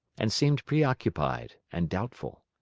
and seemed preoccupied and doubtful.